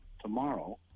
tomorrow